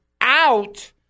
out